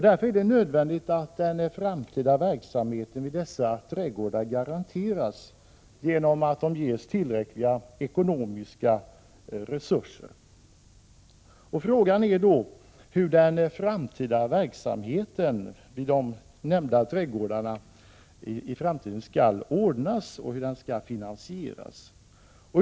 Därför är det nödvändigt att den framtida verksamheten vid dessa trädgårdar garanteras genom att de ges tillräckliga ekonomiska resurser. Frågan är då hur den framtida verksamheten skall organiseras och finansieras.